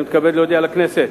אני מתכבד להודיע לכנסת